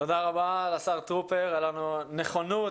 תודה רבה לשר טרופר על הנכונות,